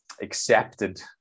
accepted